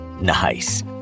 nice